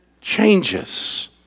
Changes